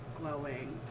Glowing